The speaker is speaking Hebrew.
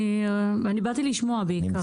באתי בעיקר לשמוע.